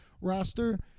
roster